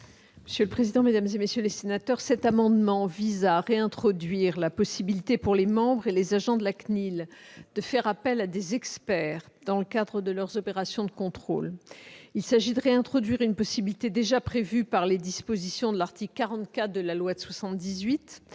: La parole est à Mme la garde des sceaux. Cet amendement vise à réintroduire la possibilité pour les membres et les agents de la CNIL de faire appel à des experts dans le cadre de leurs opérations de contrôle. Il s'agit de rétablir une possibilité déjà prévue par les dispositions de l'article 44 de la loi de 1978